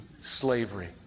slavery